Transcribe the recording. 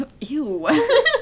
Ew